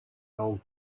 i’ll